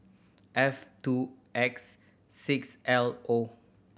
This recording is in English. F two X six L O